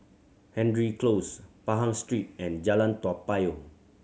Hendry Close Pahang Street and Jalan Toa Payoh